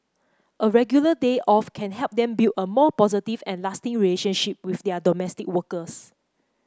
a regular day off can help them build a more positive and lasting relationship with their domestic workers